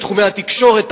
מתחומי התקשורת,